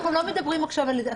אנחנו לא מדברים עכשיו על זה.